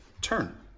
Turn